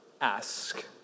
ask